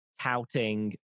touting